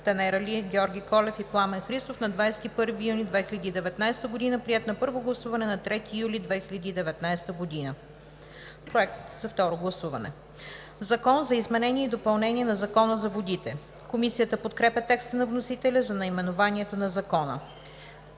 Танер Али, Георги Колев и Пламен Христов на 21 юни 2019 г., приет на първо гласуване на 3 юли 2019 г. – проект за второ гласуване.“ „Закон за изменение и допълнение на Закона за водите“.“ Комисията подкрепя текста на вносителя за наименованието на Закона.